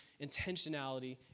intentionality